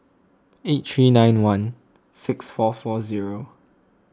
eight three nine one six four four zero